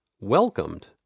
welcomed